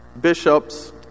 bishops